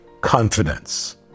confidence